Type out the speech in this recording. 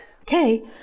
Okay